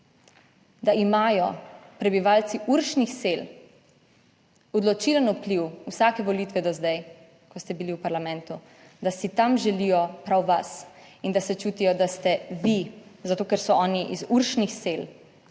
da imajo prebivalci Uršnih sel odločilen vpliv? Vsake volitve do zdaj, ko ste bili v parlamentu, da si tam želijo prav vas in da se čutijo, da ste vi zato, ker so oni iz Uršnih sel,